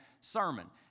sermon